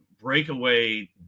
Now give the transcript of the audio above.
breakaway